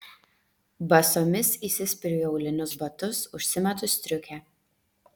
basomis įsispiriu į aulinius batus užsimetu striukę